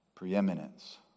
preeminence